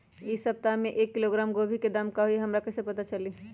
इ सप्ताह में एक किलोग्राम गोभी के दाम का हई हमरा कईसे पता चली?